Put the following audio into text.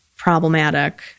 problematic